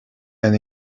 and